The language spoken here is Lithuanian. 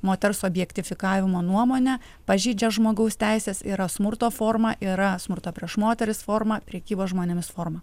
moters objektifikavimo nuomonę pažeidžia žmogaus teises yra smurto forma yra smurto prieš moteris formą prekybos žmonėmis forma